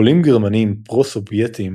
גולים גרמנים פרו-סובייטים